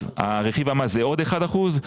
רכיב המס הוא עוד אחוז אחד,